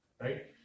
Right